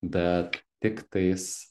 bet tiktais